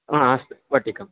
आम् अस्तु वटिकम्